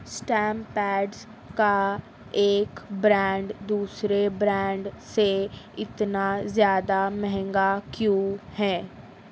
stamp pads کا ایک brand دوسرے برانڈ سے اتنا زیادہ مہنگا کیوں ہے